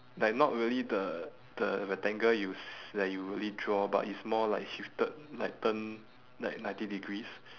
like not really the the rectangle you s~ that you really draw but it's more like shifted like turned like ninety degrees